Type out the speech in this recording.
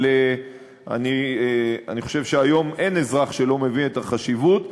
אבל אני חושב שהיום אין אזרח שלא מבין את החשיבות,